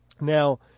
Now